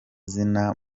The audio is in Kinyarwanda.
zina